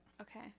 Okay